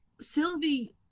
sylvie